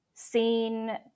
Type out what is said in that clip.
seen